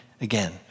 again